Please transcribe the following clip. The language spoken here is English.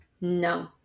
No